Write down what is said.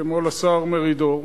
כמו לשר מרידור,